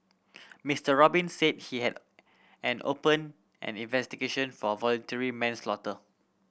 Mister Robin said he had an opened an investigation for voluntary manslaughter